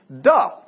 Duh